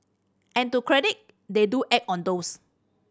and to credit they do act on those